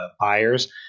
buyers